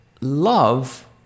love